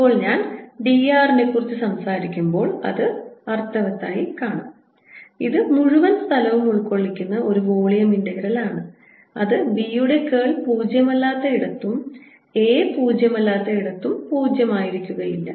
ഇപ്പോൾ ഞാൻ d r നെക്കുറിച്ച് സംസാരിക്കുമ്പോൾ അത് അർത്ഥവത്തായതായി കാണുന്നു ഇത് മുഴുവൻ സ്ഥലവും ഉൾകൊള്ളുന്ന വോളിയം ഇന്റഗ്രൽ ആണ് അത് B യുടെ കേൾ പൂജ്യം അല്ലാത്ത ഇടത്തും A പൂജ്യം അല്ലാത്ത ഇടത്തും 0 ആയിരിക്കുകയില്ല